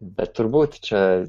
bet turbūt čia